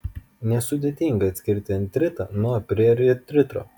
nesudėtinga atskirti artritą nuo periartrito